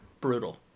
Brutal